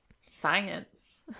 science